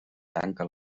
tanca